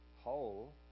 whole